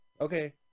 okay